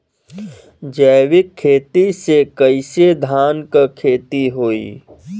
जैविक खेती से कईसे धान क खेती होई?